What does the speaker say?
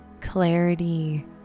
clarity